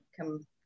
come